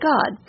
God